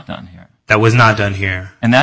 done here that was not done here and that